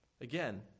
again